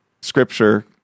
scripture